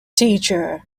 teacher